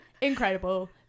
Incredible